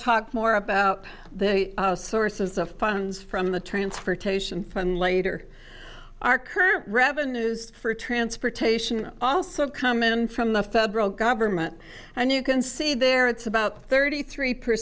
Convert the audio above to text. talk more about the sources of funds from the transportation and later are current revenues for transportation also come in from the federal government and you can see there it's about thirty three